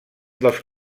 dels